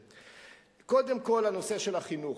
לפעילות ציבורית, להעניק לאחרים,